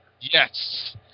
Yes